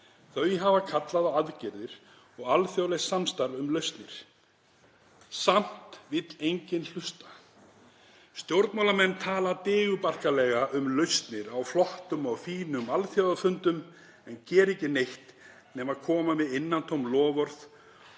Þau hafa kallað á aðgerðir og alþjóðlegt samstarf um lausnir. Samt vill enginn hlusta. Stjórnmálamenn tala digurbarkalega um lausnir á flottum og fínum alþjóðafundum en gera ekki neitt nema koma með innantóm loforð